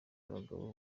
abagabo